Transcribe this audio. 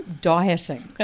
dieting